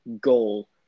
goal –